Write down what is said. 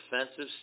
offensive